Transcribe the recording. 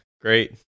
Great